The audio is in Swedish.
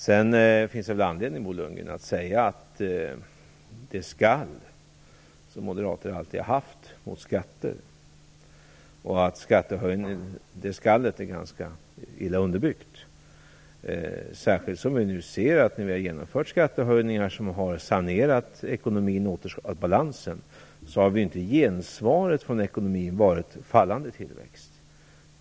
Sedan finns det väl anledning, Bo Lundgren, att säga att det skall som moderater alltid har gett ifrån sig mot skatter är egentligen ganska illa underbyggt, särskilt som vi nu ser att när vi har genomfört skattehöjningar som har sanerat ekonomin och återskapat balansen, så har ju gensvaret när det gäller ekonomin inte varit fallande tillväxt.